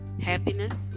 Happiness